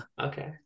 okay